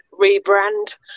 rebrand